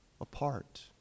apart